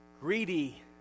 greedy